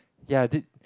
ya did